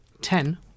Ten